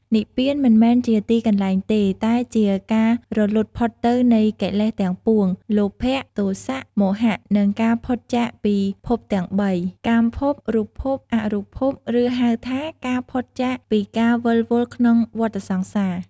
និព្វានមិនមែនជាទីកន្លែងទេ តែជាការរលត់ផុតទៅនៃកិលេសទាំងពួង លោភៈ ទោសៈ មោហៈ និងការផុតចាកពីភពទាំងបី កាមភព រូបភព អរូបភព ឬហៅថាការផុតចាកពីការវិលវល់ក្នុងវដ្ដសង្សារ។